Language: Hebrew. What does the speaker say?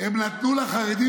הם נתנו לחרדים,